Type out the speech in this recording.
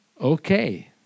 Okay